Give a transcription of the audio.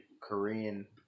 Korean